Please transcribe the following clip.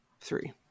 Three